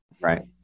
right